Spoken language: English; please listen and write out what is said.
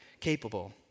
capable